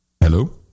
Hello